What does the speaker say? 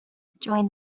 join